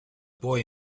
boy